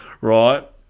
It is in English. right